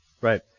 Right